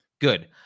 good